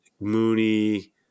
Mooney